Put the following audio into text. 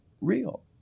real